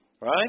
Right